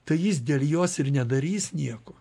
tai jis dėl jos ir nedarys nieko